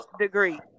degree